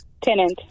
Tenant